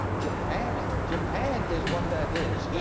japan. japan is what that is.